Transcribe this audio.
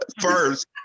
First